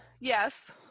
yes